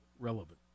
relevant